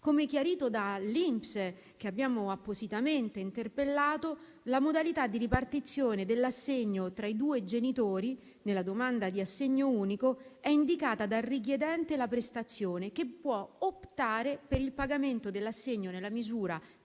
come chiarito dall'INPS, che abbiamo appositamente interpellato, la modalità di ripartizione dell'assegno tra i due genitori, nella domanda di assegno unico, è indicata dal richiedente la prestazione, che può optare per il pagamento dell'assegno nella misura